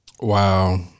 Wow